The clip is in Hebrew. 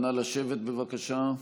נא לשבת, בבקשה.